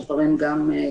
כמו שנאמר גם בכנסת.